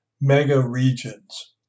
mega-regions